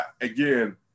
again